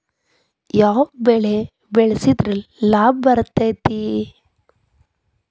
ಯಾವ ಬೆಳಿ ಬೆಳ್ಸಿದ್ರ ಲಾಭ ಬರತೇತಿ?